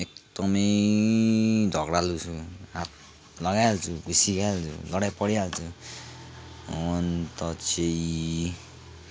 एकदमै झगडालु छु हात लगाइहाल्छु घुस्सी खाइहाल्छु लडाइँ परिहाल्छु अन्त चाहिँ